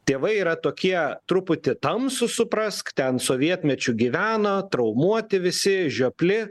tėvai yra tokie truputį tamsūs suprask ten sovietmečiu gyveno traumuoti visi žiopli